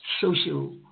social